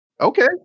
Okay